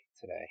today